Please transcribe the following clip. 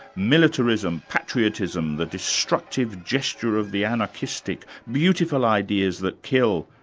militarism, patriotism, the destructive gesture of the anarchistic beautiful ideas that kill.